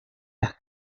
las